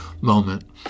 moment